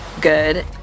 good